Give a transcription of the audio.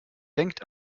denkt